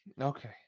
Okay